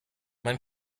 man